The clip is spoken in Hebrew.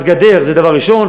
אז גדר זה דבר ראשון,